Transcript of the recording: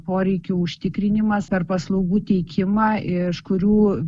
poreikių užtikrinimas ar paslaugų teikimą iš kurių